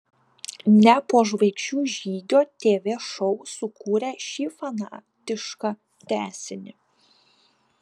ne po žvaigždžių žygio tv šou sukūrė šį fanatišką tęsinį